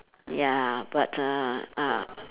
ya but uh ah